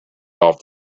off